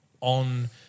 on